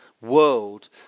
world